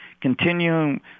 Continuing